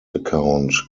account